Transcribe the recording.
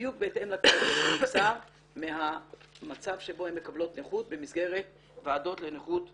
בדיוק בהתאם ל- -- מהמצב שבו הן מקבלות נכות במסגרת ועדות לנכות כללית.